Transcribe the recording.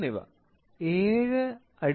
വൈദ്യുതി - ampere Amp